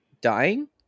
dying